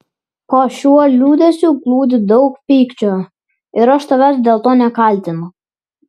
po šiuo liūdesiu glūdi daug pykčio ir aš tavęs dėl to nekaltinu